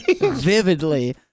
Vividly